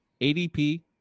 ADP